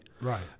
Right